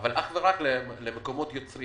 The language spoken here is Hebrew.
אבל אך ורק למקומות יוצרים